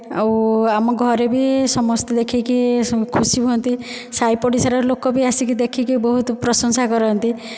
ଆଉ ଆମ ଘରେବି ସମସ୍ତେ ଦେଖିକି ଖୁସି ହୁଅନ୍ତି ସାଇ ପଡ଼ିଶାର ଲୋକବି ଆସି ଦେଖିକି ବହୁତ ପ୍ରଶଂସା କରନ୍ତି